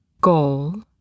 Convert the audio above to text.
goal